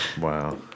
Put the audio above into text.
Wow